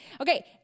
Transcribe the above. Okay